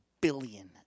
billion